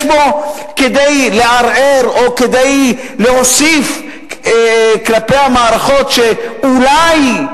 בו כדי לערער או כדי להוסיף כלפי המערכות שאולי,